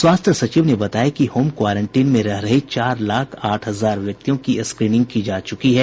स्वास्थ्य सचिव ने बताया कि होम क्वारेंटीन में रह रहे चार लाख आठ हजार व्यक्तियों की स्क्रीनिंग की जा चुकी हैं